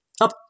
up